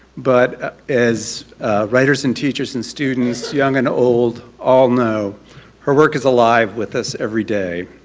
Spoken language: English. but as writers, and teachers, and students, young and old, all know her work is alive with us every day.